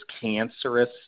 cancerous